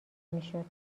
میشد